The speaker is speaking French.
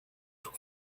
sur